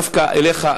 דווקא אליך,